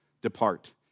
Depart